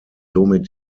somit